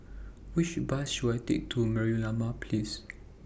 Which Bus should I Take to Merlimau Place